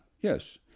yes